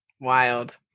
Wild